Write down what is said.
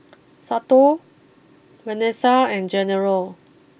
Santo Venessa and General